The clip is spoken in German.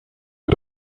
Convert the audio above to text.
mit